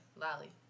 Lolly